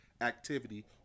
activity